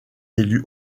élus